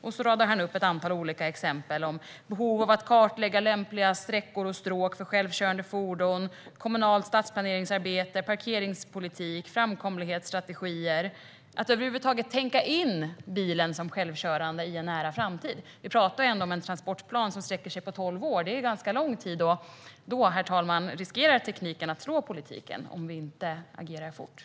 Därefter radar han upp ett antal olika exempel: behov att kartlägga lämpliga sträckor och stråk för självkörande fordon, kommunalt stadsplaneringsarbete, parkeringspolitik och framkomlighetsstrategier. Man måste tänka in bilen som självkörande i en nära framtid. Vi talar ändå om en transportplan som sträcker sig över tolv år, vilket är ganska lång tid. Om vi inte agerar fort riskerar tekniken att slå politiken, herr talman.